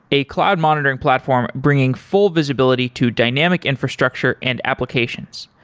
a cloud monitoring platform bringing full visibility to dynamic infrastructure and applications.